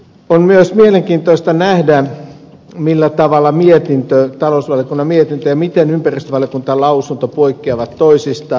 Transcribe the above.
on myös mielenkiintoista nähdä millä tavalla talousvaliokunnan mietintö ja ympäristövaliokunnan lausunto poikkeavat toisistaan